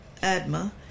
Adma